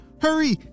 Hurry